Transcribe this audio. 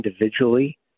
individually